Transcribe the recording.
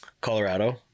Colorado